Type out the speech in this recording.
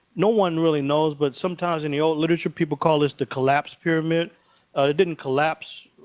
no one really knows, but sometimes, in the old literature, people call this the collapsed pyramid. it didn't collapse.